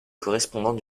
correspondant